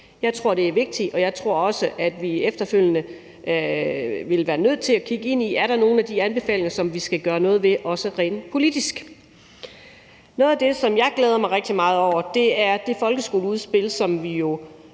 med. Det er vigtigt, og jeg tror også, at vi efterfølgende vil være nødt til at kigge ind i, om der er nogle af de anbefalinger, som vi rent politisk skal gøre noget ved. Noget af det, som jeg glæder mig rigtig meget over, er det folkeskoleudspil, som vi jo